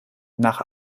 nach